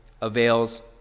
avails